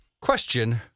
Question